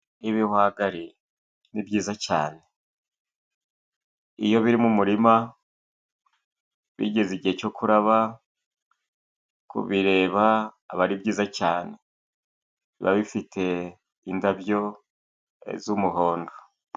Ibihwagari ni byiza cyane, iyo biri mu murima bigeze igihe cyo kuraba, kubireba aba ari byiza cyane biba bifite indabyo z'umuhondo.